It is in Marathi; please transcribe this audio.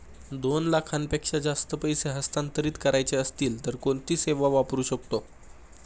दोन लाखांपेक्षा जास्त पैसे हस्तांतरित करायचे असतील तर कोणती सेवा वापरू शकतो?